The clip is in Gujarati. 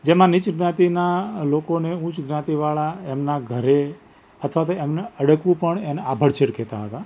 જેમાં નીચ જ્ઞાતિના લોકોને ઉચ્ચ જ્ઞાતિવાળા એમના ઘરે અથવા તો એમને અડકવું પણ એને આભડછેટ કહેતા હતા